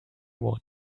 one